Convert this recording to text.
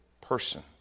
person